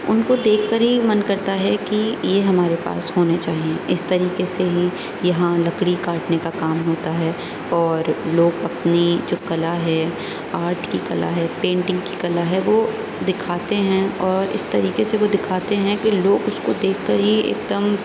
ان کو دیکھ کر ہی من کرتا ہے کہ یہ ہمارے پاس ہونے چاہیے اس طریقے سے ہی یہاں لکڑی کاٹںے کا کام ہوتا ہے اور لوگ اپنی جو کلا ہے آرٹ کی کلا ہے پینٹنگ کی کلا ہے وہ دکھاتے ہیں اور اس طریقے سے وہ دیکھاتے ہیں کہ لوگ اس کو دیکھ کر ہی ایک دم